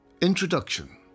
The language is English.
Introduction